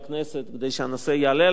כדי שהנושא יעלה על סדר-היום,